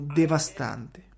devastante